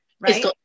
right